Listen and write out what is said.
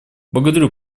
благодарю